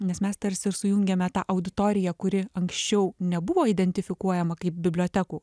nes mes tarsi ir sujungiame tą auditoriją kuri anksčiau nebuvo identifikuojama kaip bibliotekų